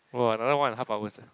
!wah! another one and half hours eh